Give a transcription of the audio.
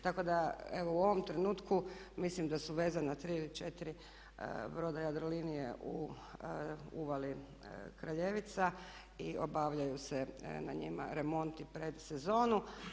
Tako da evo u ovom trenutku mislim da su vezana tri ili četiri broda Jadrolinije u uvali Kraljevica i obavljaju se na njima remonti pred sezonu.